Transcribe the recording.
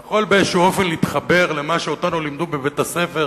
יכול באיזה אופן להתחבר למה שאותנו לימדו בבית-הספר,